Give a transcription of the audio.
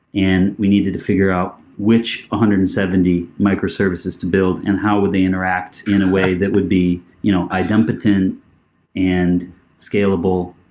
and we needed to figure out which one hundred and seventy micro services to build and how would they interact in a way that would be you know idempotent and scalable.